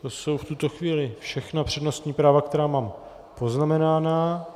To jsou v tuto chvíli všechna přednostní práva, která mám poznamenána.